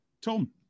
Tom